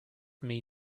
made